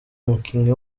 umukinnyi